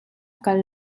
kal